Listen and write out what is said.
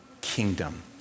kingdom